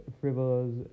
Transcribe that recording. frivolous